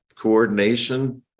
coordination